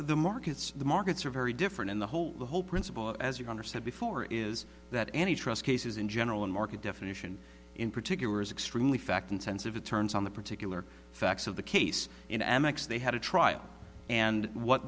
the markets the markets are very different in the whole the whole principle as your honor said before is that any trust cases in general and market definition in particular is extremely fact intensive it turns on the particular facts of the case in amex they had a trial and what